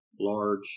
large